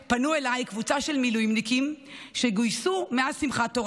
פנתה אליי קבוצת מילואימניקים שגויסו מאז שמחת תורה,